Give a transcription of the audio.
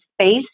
space